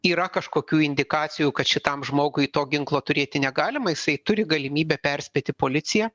yra kažkokių indikacijų kad šitam žmogui to ginklo turėti negalima jisai turi galimybę perspėti policiją